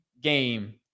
game